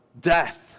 death